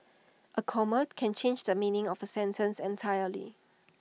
A comma can change the meaning of A sentence entirely